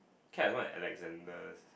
cat and what at Alexander's